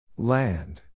Land